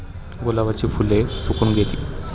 गुलाबाची फुले सुकून गेली